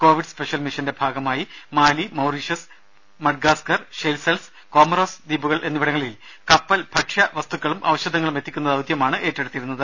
Covid special മിഷന്റെ ഭാഗമായി Mali Mauritius Madagascar Seychelles Comoros ദ്വീപുകൾ എന്നിവിടങ്ങളിൽ കപ്പൽ ഭക്ഷ്യ വസ്തുക്കളും ഔഷധങ്ങളും എത്തിക്കുന്ന ദൌത്യമാണ് ഏറ്റെടുത്തിരുന്നത്